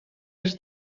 els